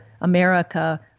America